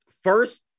first